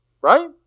Right